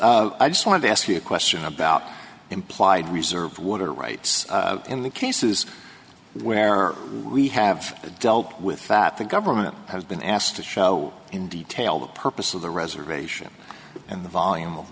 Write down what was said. justice i just wanted to ask you a question about implied reserve water rights in the cases where we have dealt with that the government has been asked to show in detail the purpose of the reservation and the volume of